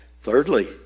Thirdly